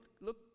look